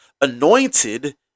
anointed